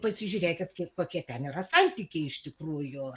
pasižiūrėkit kiek kokie ten yra santykiai iš tikrųjų